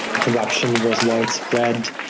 corruption was widespread.